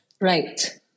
right